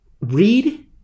read